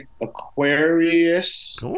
Aquarius